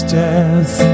death